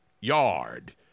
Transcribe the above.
yard